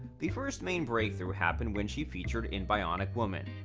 the first main breakthrough happened when she featured in bionic woman.